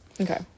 Okay